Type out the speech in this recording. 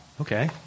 okay